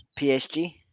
PSG